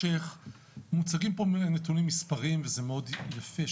מוצגים כאן נתונים מספריים וזה מאוד יפה,